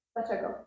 Dlaczego